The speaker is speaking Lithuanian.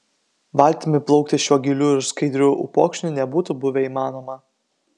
valtimi plaukti šiuo giliu ir skaidriu upokšniu nebūtų buvę įmanoma